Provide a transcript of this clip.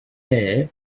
there